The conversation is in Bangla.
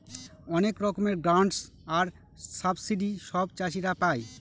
অনেক রকমের গ্রান্টস আর সাবসিডি সব চাষীরা পাই